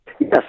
yes